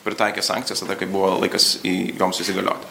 pritaikė sankcijas tada kai buvo laikas i joms įsigalioti